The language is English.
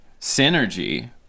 synergy